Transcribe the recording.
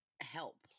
help